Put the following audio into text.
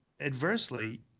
adversely